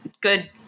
good